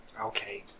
Okay